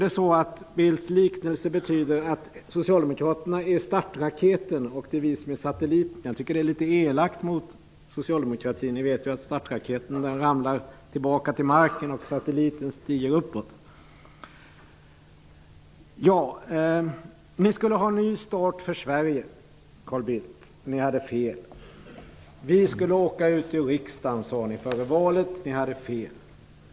Betyder Carl Bildts liknelse att socialdemokraterna är startraketen och vi satelliten? Jag tycker i så fall att det är litet elakt mot socialdemokratin, för ni vet ju att startraketen ramlar tillbaka till marken medan satelliten stiger uppåt. Ni skulle ha en ny start för Sverige, Carl Bildt. Ni hade fel. Vi skulle åka ut ur riksdagen, sade ni före valet. Ni hade fel.